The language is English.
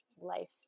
life